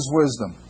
wisdom